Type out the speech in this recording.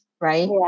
right